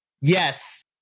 yes